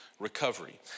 Recovery